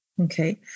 Okay